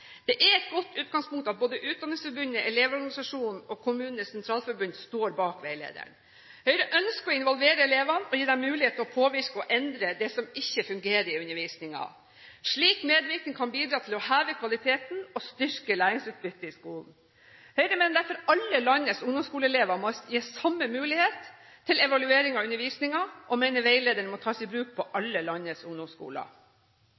Det er et godt utgangspunkt at både Utdanningsforbundet, Elevorganisasjonen og KS står bak veilederen. Høyre ønsker å involvere elevene og gi dem mulighet til å påvirke og å endre det som ikke fungerer i undervisningen. Slik medvirkning kan bidra til å heve kvaliteten og styrke læringsutbyttet i skolen. Høyre mener derfor alle landets ungdomsskoleelever må gis samme mulighet til evaluering av undervisningen, og mener veilederen må tas i bruk på